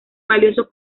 valioso